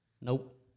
Nope